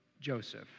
Joseph